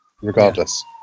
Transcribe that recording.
regardless